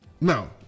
no